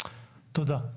תודה.